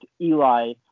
Eli